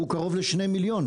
הוא קרוב ל-2 מיליון.